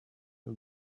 who